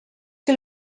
que